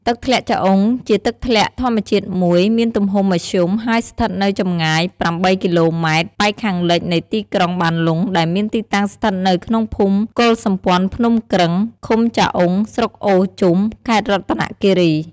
ទឹកធ្លាក់ចាអុងជាទឹកធ្លាក់ធម្មជាតិមួយ មានទំហំមធ្យមហើយស្ថិតនៅចម្ងាយ ប្រាំបីគីឡូម៉ែត្រប៉ែកខាងលិចនៃទីក្រុងបានលុងដែលមានទីតាំងស្ថិតនៅក្នុងភូមិកុលសម្ព័ន្ធភ្នំគ្រឹង ឃុំចាអុង ស្រុកអូរជុំ ខេត្តរតនគិរី។។